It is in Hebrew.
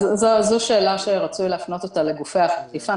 זו שאלה שרצוי להפנות אותה לגופי האכיפה.